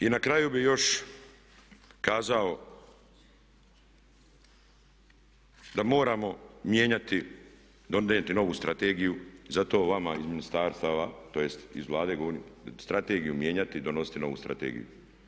I na kraju bih još kazao da moramo mijenjati, donijeti novu strategiju, zato vama iz ministarstava, tj. iz Vlade govorim, strategiju mijenjati i donositi novu strategiju.